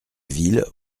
ville